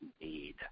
need